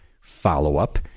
follow-up